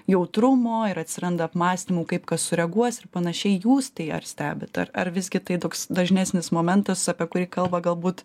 jautrumo ir atsiranda apmąstymų kaip kas sureaguos ir panašiai jūs tai ar stebit ar ar visgi tai toks dažnesnis momentas apie kurį kalba galbūt